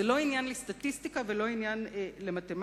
זה לא עניין לסטטיסטיקה ולא עניין למתמטיקה,